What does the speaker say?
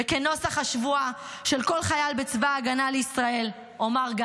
וכנוסח השבועה של כל חייל בצבא ההגנה לישראל אומר: